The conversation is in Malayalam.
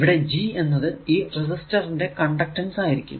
ഇവിടെ ഈ G എന്നത് ഈ റെസിസ്റ്ററിന്റെ കണ്ടക്ടൻസ് ആയിരിക്കും